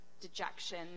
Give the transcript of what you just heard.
Dejection